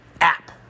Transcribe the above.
app